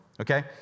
okay